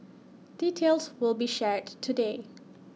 details will be shared today